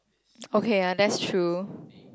okay ah that's true